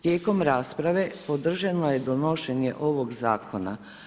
Tijekom rasprave podržano je donošenje ovog zakona.